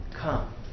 come